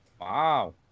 Wow